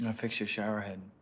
and fixed your shower head.